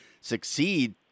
succeed